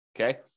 Okay